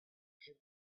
kit